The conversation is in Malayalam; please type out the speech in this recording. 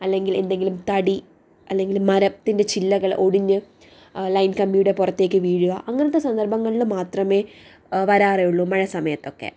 അല്ലെങ്കിൽ എന്തെങ്കിലും തടി അല്ലെങ്കില് മരത്തിൻ്റെ ചില്ലകൾ ഒടിഞ്ഞ് ലൈൻ കമ്പിയുടെ പുറത്തേക്ക് വീഴുക അങ്ങനത്തെ സന്ദർഭങ്ങളിൽ മാത്രമേ വരാറേ ഉള്ളു മഴ സമയത്തൊക്കെ